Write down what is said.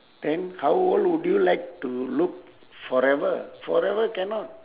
then how old would you like to look forever forever cannot